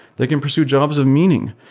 they can pursue jobs of meaning,